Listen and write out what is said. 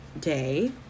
day